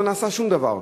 לא נעשה שום דבר.